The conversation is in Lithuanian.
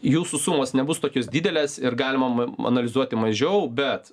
jūsų sumos nebus tokios didelės ir galima analizuoti mažiau bet